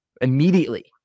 Immediately